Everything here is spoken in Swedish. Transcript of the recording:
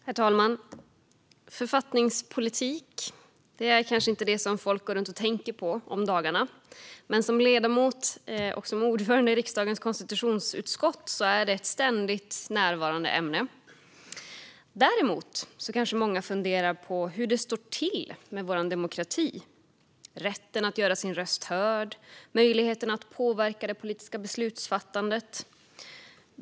Herr talman! Författningspolitik är kanske inte något folk går runt och tänker på om dagarna, men för mig som ledamot och ordförande i riksdagens konstitutionsutskott är det ett ständigt närvarande ämne. Däremot kanske många funderar på hur det står till med vår demokrati, rätten att göra sin röst hörd och möjligheterna att påverka det politiska beslutsfattandet.